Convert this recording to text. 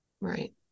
Right